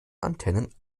antennen